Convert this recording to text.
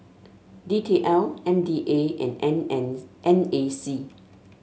D T L M D A and N N N A C